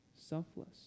selfless